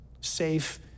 safe